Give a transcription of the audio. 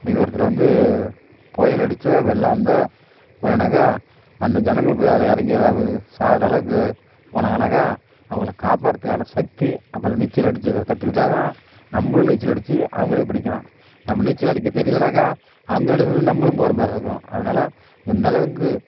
இன்னைக்கு ஒருத்தரை வந்து புயல் அடித்தா வெள்ளம் வந்தால் போனோனாக்கா அந்த ஜனங்க போய் அதில் இறங்கி எதா சாகிற அளவுக்கு போனாங்கன்னாக்கா அவங்கள காப்பாத்துறத்துக்கான சக்தி அப்புறம் நீச்சல் அடித்து எதாவது கற்றுக்கிட்டா தான் நம்மளும் நீச்சல் அடித்து அவங்களையும் பிடிக்கலாம் நம்ம நீச்சல் அடிக்கத் தெரியலன்னாக்கா அவங்களோட சேர்ந்து நம்மளும் போகிற மாதிரி இருக்கும் அதனால எந்தளவுக்கு